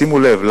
שימו לב,